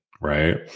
right